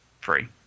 free